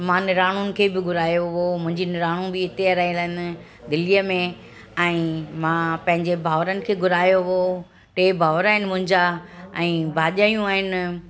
त मां निणानुनि खे बि घुरायो हुओ मुंहिंजी निणानूं बि हिते रहियलु आहिनि दिल्लीअ में ऐं मां पंहिंजे भाउरनि खे घुरायो हुओ टे भाउर आहिनि मुंहिंजा ऐं भाॼाइयूं आहिनि